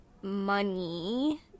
money